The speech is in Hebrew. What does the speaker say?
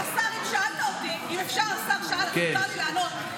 אם אפשר, השר, שאלת אותי, אם יותר לי לענות.